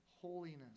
holiness